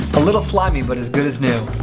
a little slimy but as good as new.